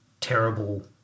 terrible